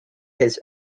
his